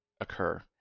occur